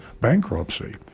bankruptcy